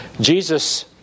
Jesus